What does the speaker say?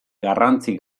garrantzi